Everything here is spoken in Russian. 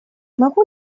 могу